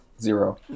Zero